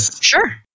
Sure